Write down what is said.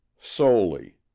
Solely